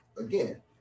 again